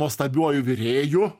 nuostabiuoju virėju